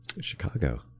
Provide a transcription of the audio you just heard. Chicago